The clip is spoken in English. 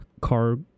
car